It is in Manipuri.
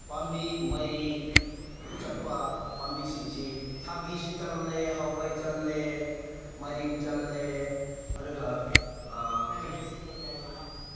ꯄꯥꯝꯕꯤ ꯃꯔꯤ ꯆꯠꯄ ꯄꯥꯝꯕꯤꯁꯤꯡꯁꯤ ꯊꯕꯤꯁꯨ ꯆꯠꯂꯦ ꯍꯋꯥꯏ ꯆꯠꯂꯦ ꯃꯥꯏꯔꯦꯟ ꯆꯠꯂꯦ ꯑꯗꯨꯒ